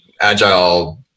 agile